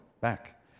back